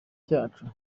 cyacu